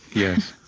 yes.